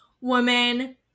woman